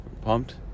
Pumped